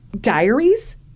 diaries